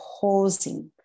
pausing